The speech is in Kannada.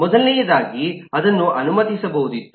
ಮೊದಲೆಯದಾಗಿ ಅದನ್ನು ಅನುಮತಿಸಬಹುದಿತ್ತು